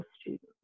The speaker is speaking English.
students